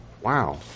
Wow